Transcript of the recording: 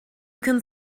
can